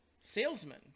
salesman